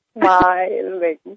smiling